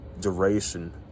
duration